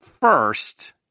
first